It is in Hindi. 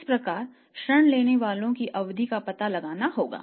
इस प्रकार ऋण लेने वालों की अवधि का पता लगाना होगा